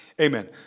Amen